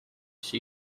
she